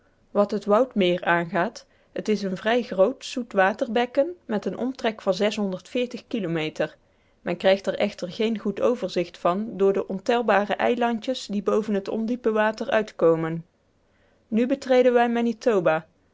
wat het woudmeer aangaat het is een vrij groot zoet waterbekken met eenen omtrek van kilometer men krijgt er echter geen goed overzicht van door de ontelbare eilandjes die boven het ondiepe water uitkomen nu betreden wij manitoba